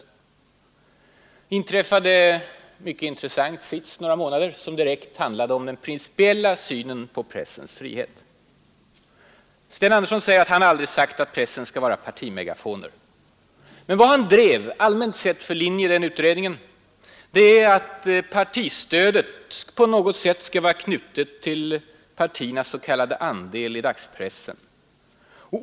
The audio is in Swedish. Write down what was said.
Där förekom en mycket intressant sits under några månader som handlade om den principiella synen på pressens frihet. Sten Andersson säger här att han aldrig har sagt att tidningarna skall vara partimegafoner. Men den allmänna linje han drev i denna utredning var att partistödet på något sätt skall vara knutet till partiernas s.k. andel i dagspressen.